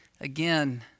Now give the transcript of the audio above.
again